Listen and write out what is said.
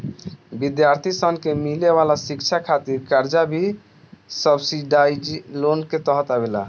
विद्यार्थी सन के मिले वाला शिक्षा खातिर कर्जा भी सब्सिडाइज्ड लोन के तहत आवेला